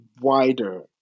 wider